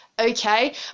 Okay